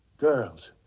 girls.